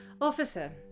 officer